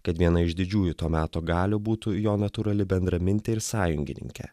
kad viena iš didžiųjų to meto galių būtų jo natūrali bendramintė ir sąjungininkė